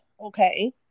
okay